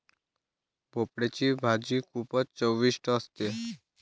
भोपळयाची भाजी खूपच चविष्ट असते